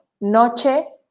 noche